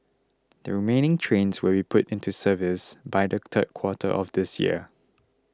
the remaining trains will be put into service by the third quarter of this year